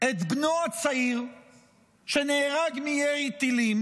את בנו הצעיר שנהרג מירי טילים,